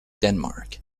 denmark